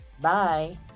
Bye